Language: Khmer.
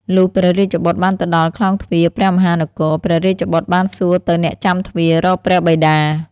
លុះព្រះរាជបុត្របានទៅដល់ក្លោងទ្វារព្រះមហានគរ ព្រះរាជបុត្របានសួរទៅអ្នកចាំទ្វាររកព្រះបិតា។